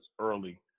early